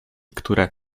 które